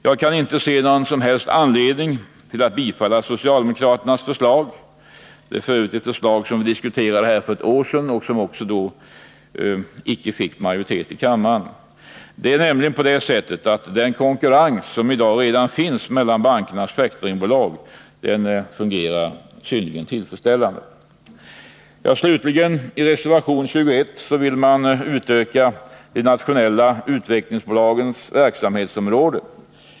Jag kan inte se någon som helst anledning till att bifalla socialdemokraternas förslag. Det är ett förslag som diskuterades för ett år sedan och som inte heller då fick majoritet i kammaren. Den konkurrens som i dag finns mellan bankernas factoringbolag fungerar synnerligen tillfredsställande. Slutligen, i reservation 21 vill socialdemokraterna ytterligare utöka de nationella utvecklingsbolagens verksamhetsområde.